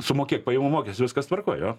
sumokėk pajamų mokestį viskas tvarkoj jo